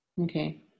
Okay